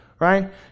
right